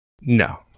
No